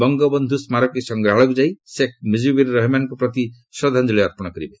ବଙ୍ଗବନ୍ଧୁ ସ୍ମାରକୀ ସଂଗ୍ରହାଳୟକୁ ଯାଇ ସେକ୍ ମୁଜିବୁର୍ ରେହମନ୍ଙ୍କ ପ୍ରତି ଶ୍ରଦ୍ଧାଞ୍ଜଳି ଅର୍ପଣ କରିବେ